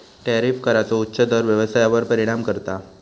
tariff कराचो उच्च दर व्यवसायावर परिणाम करता